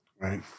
Right